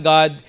God